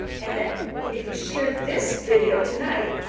and ah if you share this video tonight,